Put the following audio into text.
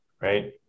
right